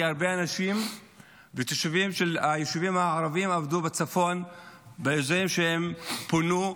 כי הרבה אנשים ותושבים של היישובים הערביים עבדו בצפון באזורים שפונו,